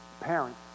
Parents